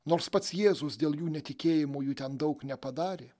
nors pats jėzus dėl jų netikėjimo jų ten daug nepadarė